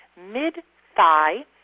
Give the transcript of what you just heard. mid-thigh